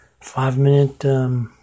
Five-minute